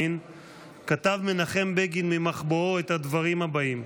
כתב מנחם בגין ממחבואו את הדברים הבאים: